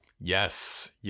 Yes